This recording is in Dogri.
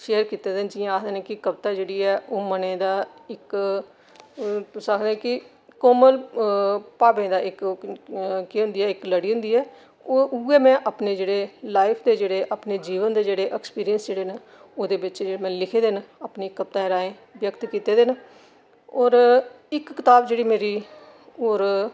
शेयर कीते दे न जि'यां आखदे न कवता जेह्ड़ी ऐ ओह् मनै दा इक अ तुस आखदे कि कोमल भावें दी इक लड़ी होंदी ऐ ओह् उ'ऐ जेह्ड़े में लाईफ दे जेह्ड़े जीवन दे जेह्ड़े इक्सपीरिंस जेह्ड़े न शेयर कीते दे न होर इक कताब मेरी जेह्ड़ी ऐ ओह्